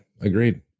agreed